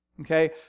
Okay